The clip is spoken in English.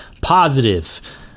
positive